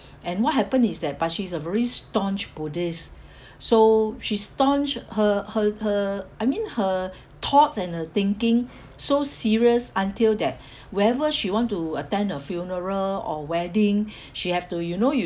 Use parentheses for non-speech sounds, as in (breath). and what happened is that but she's a very staunch buddhist (breath) so she staunch her her her I mean her thoughts and her thinking so serious until that (breath) wherever she want to attend a funeral or wedding (breath) she have to you know you